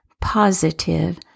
positive